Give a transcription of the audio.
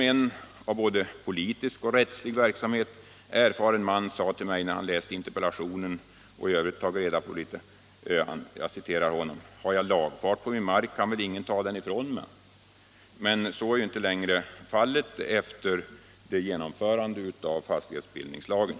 En av både politisk och rättslig verksamhet erfaren man sade till mig när han läst min interpellation och i övrigt tagit reda på en del fakta: ”Har jag lagfart på min mark kan väl ingen ta den ifrån mig! Men så är - Nr 114 inte längre fallet efter genomförandet av fastighetsbildningslagen.